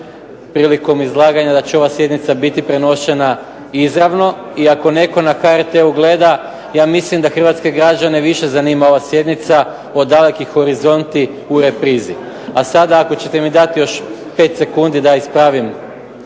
prilikom izlaganja da će ova sjednica biti prenošena izravno i ako netko na HRT-u gleda ja mislim da hrvatske građane više zanima ova sjednica od Daleki horizonti u reprizi. A sada ako ćete mi dati još 5 sekundi da ispravim